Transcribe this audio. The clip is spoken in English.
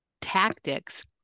tactics